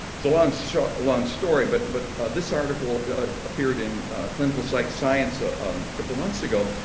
so long. so, long story but but this article appeared in clinical psych science. a um couple months ago.